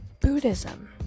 Buddhism